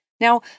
Now